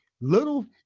Little